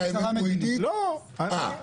אה.